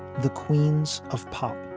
the queens of pop